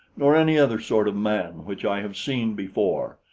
nor any other sort of man which i have seen before.